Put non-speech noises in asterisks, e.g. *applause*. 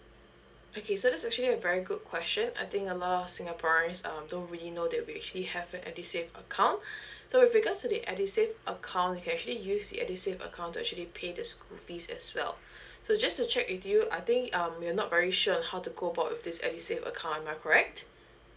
okay so that's actually very good question I think a lot of singaporeans um don't really know that we actually have a edusave account *breath* so with regards to the edusave account you can actually use the edusave account to actually pay the school fees as well *breath* so just to check with you I think um you're not very sure on how to go about with this edusave account am I correct